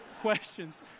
questions